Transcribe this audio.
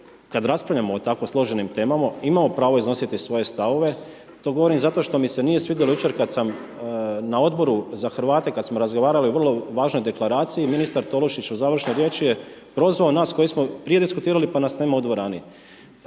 kada raspravljamo o tako složenim temama imamo pravo iznositi svoje stavove, to govorim zato što mi se nije svidjelo jučer, na Odboru za Hrvate, kada smo razgovarali o vrlo važnoj deklaraciji, ministar Tolušić u završnoj riječi je prozvao nas koji smo prije diskutirali pa nas nema u dvorani.